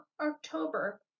October